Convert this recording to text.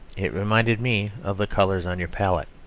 it reminded me of the colours on your palette.